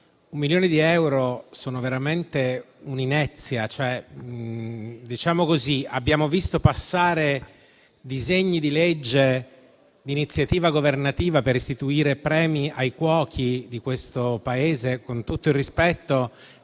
un milione di euro sono veramente un'inezia, dato che abbiamo visto passare disegni di legge d'iniziativa governativa per istituire premi ai cuochi di questo Paese. Con tutto il rispetto,